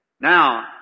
Now